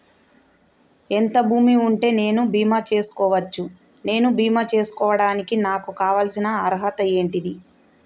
ఎంత భూమి ఉంటే నేను బీమా చేసుకోవచ్చు? నేను బీమా చేసుకోవడానికి నాకు కావాల్సిన అర్హత ఏంటిది?